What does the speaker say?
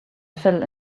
fell